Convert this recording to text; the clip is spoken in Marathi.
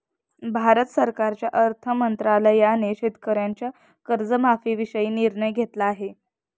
भारत सरकारच्या अर्थ मंत्रालयाने शेतकऱ्यांच्या कर्जमाफीविषयी निर्णय घेतला आहे